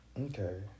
okay